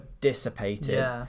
dissipated